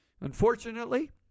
Unfortunately